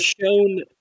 shown